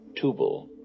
Tubal